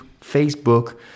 Facebook